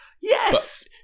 Yes